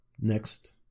next